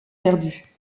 perdue